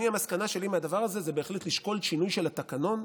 המסקנה שלי מהדבר הזה היא בהחלט לשקול שינוי של התקנון,